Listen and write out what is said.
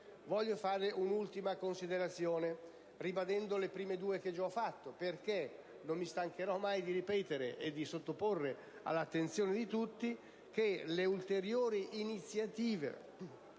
Vorrei fare un'ultima considerazione, ribadendo le prime due che ho già svolto. Non mi stancherò mai di ripetere e di sottoporre all'attenzione di tutti che le ulteriori iniziative